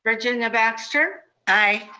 virginia baxter. aye.